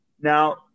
Now